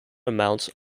amounts